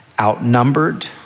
outnumbered